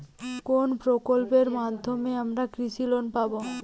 কোন প্রকল্পের মাধ্যমে আমরা কৃষি লোন পাবো?